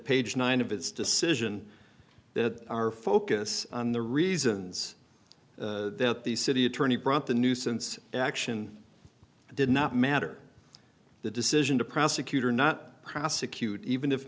page nine of its decision that our focus on the reasons that the city attorney brought the nuisance action did not matter the decision to prosecute or not prosecute even if